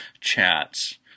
chats